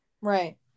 Right